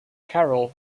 carroll